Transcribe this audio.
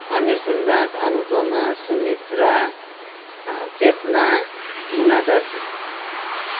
Amir Sundas Anupama Sumitra Chetna Muna Darji